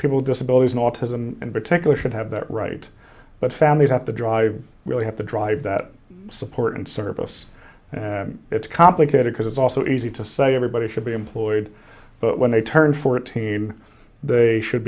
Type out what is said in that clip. people disabilities and autism and particular should have that right but families have to drive really have to drive that support and service and it's complicated because it's also easy to say everybody should be employed when they turned fourteen they should